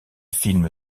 film